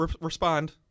respond